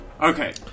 Okay